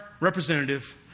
representative